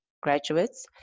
graduates